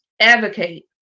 advocate